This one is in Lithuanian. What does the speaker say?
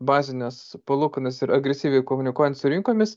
bazines palūkanas ir agresyviai komunikuojant su rinkomis